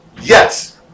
Yes